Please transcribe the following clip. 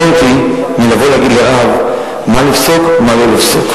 קטונתי מלבוא להגיד לרב מה לפסוק ומה לא לפסוק.